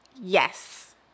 Yes